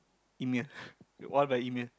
E-mail one of our E-mail